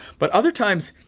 but other times,